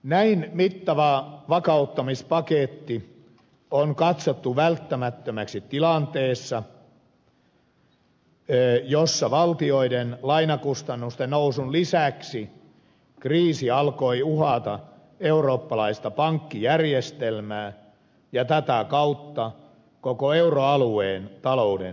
näin mittava vakauttamispaketti on katsottu välttämättömäksi tilanteessa jossa valtioiden lainakustannusten nousun lisäksi kriisi alkoi uhata eurooppalaista pankkijärjestelmää ja tätä kautta koko euroalueen talouden elpymistä